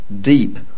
deep